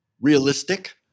realistic